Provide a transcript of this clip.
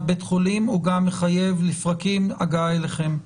בית חולים או גם מחייב לפרקים הגעה אליכם?